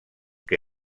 que